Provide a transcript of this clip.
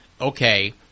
okay